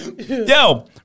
Yo